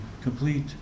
complete